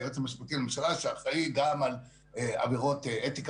היועץ המשפטי לממשלה שאחראי גם על עבירות אתיקה